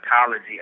psychology